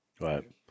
Right